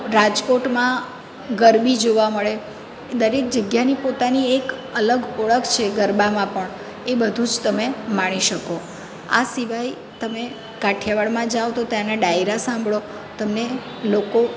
રાજકોટમાં ગરબી જોવા મળે દરેક જગ્યાની પોતાની એક અલગ ઓળખ છે ગરબામાં પણ એ બધું જ તમે માણી શકો આ સિવાય તમે કાઠિયાવાડમાં જાઓ તો ત્યાંના ડાયરા સંભાળો તમને લોકો